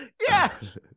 Yes